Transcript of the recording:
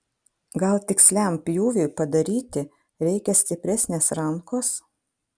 gal tiksliam pjūviui padaryti reikia stipresnės rankos